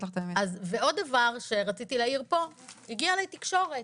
ועוד דבר שרציתי להעיר פה, הגיעה אליי תקשורת